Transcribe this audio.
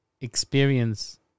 experience